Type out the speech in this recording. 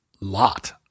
lot